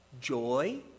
joy